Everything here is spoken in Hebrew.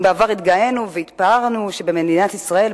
אם בעבר התגאינו והתפארנו שבמדינת ישראל,